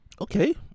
Okay